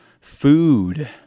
food